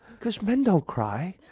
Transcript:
cuz' men don't cry!